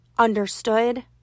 understood